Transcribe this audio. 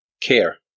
Care